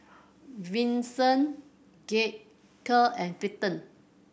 Vicente Gaige and Clinton